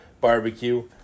barbecue